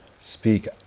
Speak